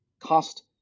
cost